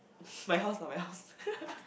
my house not my house